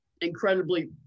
incredibly